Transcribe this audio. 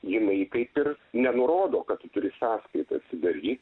jinai kaip ir nenurodo kad tu turi sąskaitą atsidaryt